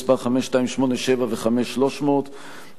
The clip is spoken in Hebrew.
מס' 5287 ו-5300.